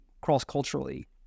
cross-culturally